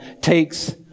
takes